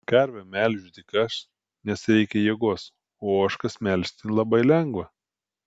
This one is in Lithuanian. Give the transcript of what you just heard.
karvę melžiu tik aš nes reikia jėgos o ožkas melžti labai lengva